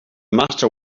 master